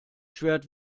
schwert